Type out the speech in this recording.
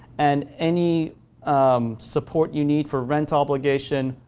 and any support you need for rent obligation,